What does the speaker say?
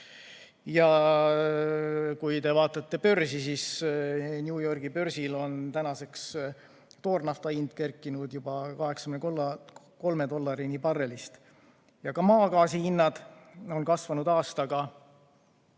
Kui te vaatate börsi, siis näete, et New Yorgi börsil on tänaseks toornafta hind kerkinud juba 83 dollarini barrelilt. Ka maagaasihinnad on kasvanud aastaga